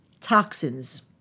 toxins